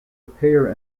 appear